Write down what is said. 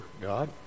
God